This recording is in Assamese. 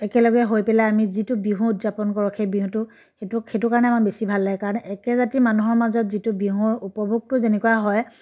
একেলগে হৈ পেলাই আমি যিটো বিহু উদযাপন কৰোঁ সেই বিহুটো সেইটো কাৰণে আমাৰ বেছি ভাল লাগে কাৰণ একে জাতিৰ মানুহৰ মাজত যিটো বিহুৰ উপভোগটো যেনেকুৱা হয়